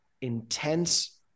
intense